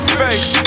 face